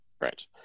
right